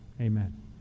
Amen